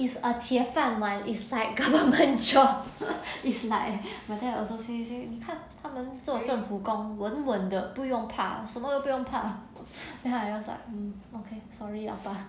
it's a 铁饭碗 is like government job is like my dad also say 你看他们做政府工稳稳的不用怕什么都不用 then I was like mm okay sorry 老爸